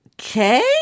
okay